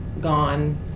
gone